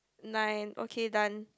nine okay done